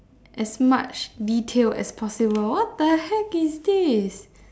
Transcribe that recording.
as much detail as possible what the heck is this